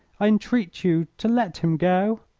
i entreat you to let him go.